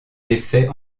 d’effet